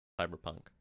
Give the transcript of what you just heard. Cyberpunk